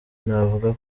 navuga